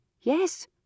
Yes